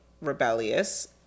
rebellious